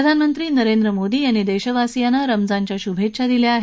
प्रधानमंत्री नरेंद्र मोदी यांनी देशवासियांना रमजानच्या शुभेच्छा दिल्या आहेत